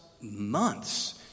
months